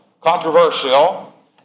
controversial